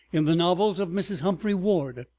in the novels of mrs. humphry ward.